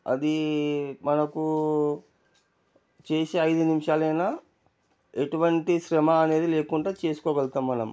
అది మనకూ చేసే ఐదు నిమిషాలు అయినా ఎటువంటి శ్రమ అనేది లేకుండా చేసుకోగలుగుతాము మనం